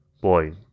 Boy